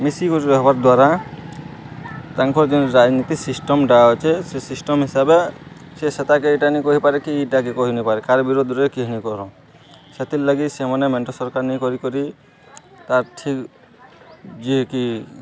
ମିଶିକରି ରହେବାର୍ ଦ୍ୱାରା ତାଙ୍କର ଯେଉଁ ରାଜନୀତି ସିଷ୍ଟମଟା ଅଛେ ସେ ସିଷ୍ଟମ ହିସାବେ ସେ ସେତାକେ ଏଇଟା ନେଇ କହିପାରେ କି ଇଟାକେ କହିନିପାରେ କହାର ବିରୋଧରେ କେହି ନି କରନ୍ ସେଥିର୍ ଲାଗି ସେମାନେ ମେଣ୍ଟ ସରକାର ନେଇ କରି କରି ତାର୍ ଠିକ୍ ଯିଏକି